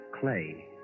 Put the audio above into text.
clay